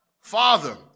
Father